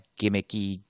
gimmicky